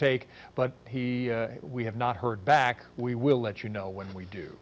take but we have not heard back we will let you know when we do